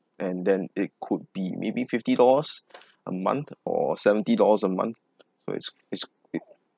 and then it could be maybe fifty dollars a month or seventy dollars a month so it's it's it